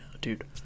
dude